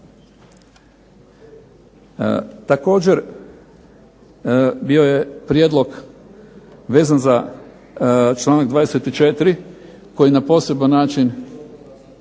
Također bio je prijedlog vezan za članak 24. koji na poseban način